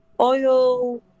Oil